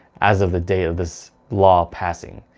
as of the date of this law passing.